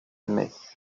metz